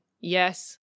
yes